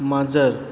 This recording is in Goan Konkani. माजर